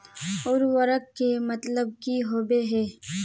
उर्वरक के मतलब की होबे है?